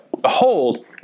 Behold